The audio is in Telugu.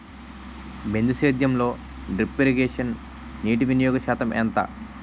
బిందు సేద్యంలో డ్రిప్ ఇరగేషన్ నీటివినియోగ శాతం ఎంత?